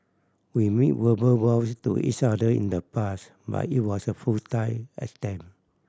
we made verbal vows to each other in the past but it was a futile attempt